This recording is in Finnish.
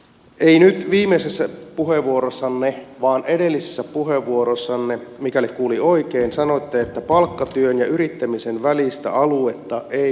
ei nyt viimeisessä puheenvuorossanne vaan edellisessä puheenvuorossanne mikäli kuulin oikein sanoitte että palkkatyön ja yrittämisen välistä aluetta ei voi häivyttää